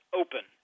open